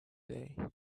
day